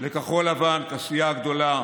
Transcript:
וכחול לבן כסיעה הגדולה